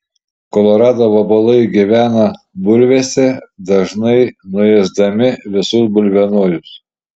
kolorado vabalai gyvena bulvėse dažnai nuėsdami visus bulvienojus